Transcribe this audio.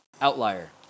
outlier